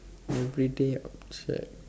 everyday object